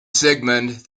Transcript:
sigmund